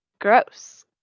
gross